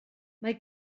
mae